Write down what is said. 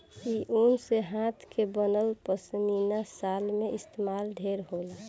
इ ऊन से हाथ के बनल पश्मीना शाल में इस्तमाल ढेर होला